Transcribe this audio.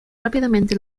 rápidamente